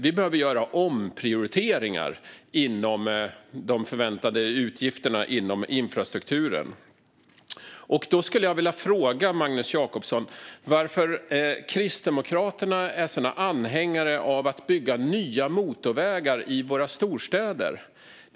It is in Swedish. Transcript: Vi behöver göra omprioriteringar inom de förväntade utgifterna inom infrastrukturen. Därför skulle jag vilja fråga Magnus Jacobsson varför Kristdemokraterna är sådana anhängare av att bygga nya motorvägar i våra storstäder.